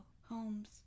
Holmes